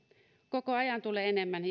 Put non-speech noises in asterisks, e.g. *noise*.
koko ajan tulee enemmän *unintelligible*